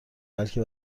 بلکه